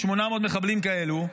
800 מחבלים כאלה,